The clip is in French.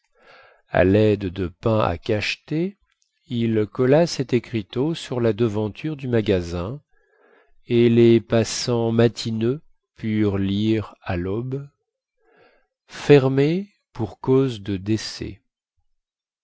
à laide de pains à cacheter il colla cet écriteau sur la devanture du magasin et les passants matineux purent lire à laube fermé pour cause de décès